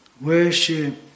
Worship